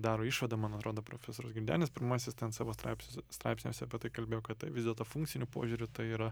daro išvadą man atrodo profesorius girdenis pirmasis ten savo straips straipsniuose apie tai kalbėjo kad tai vis dėlto funkciniu požiūriu tai yra